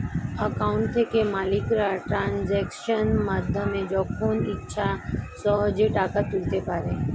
account থেকে মালিকরা ট্রানজাকশনের মাধ্যমে যখন ইচ্ছে সহজেই টাকা তুলতে পারে